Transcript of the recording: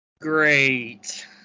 Great